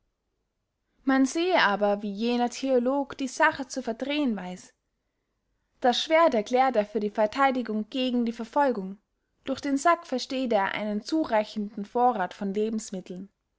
man sehe aber wie jener theolog die sache zu verdrehen weiß das schwerdt erklärt er für die vertheidigung gegen die verfolgung durch den sack versteht er einen zureichenden vorrath von lebensmitteln